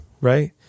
right